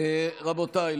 רבותיי,